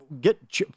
get –